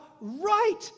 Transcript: right